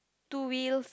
two wheels